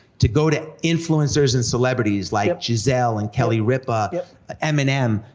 to go to influencers and celebrities like gisele and kelly ripa, eminem,